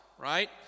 Right